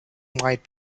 might